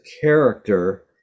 character